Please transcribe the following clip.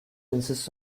insists